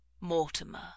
Mortimer